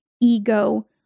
ego